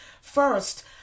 First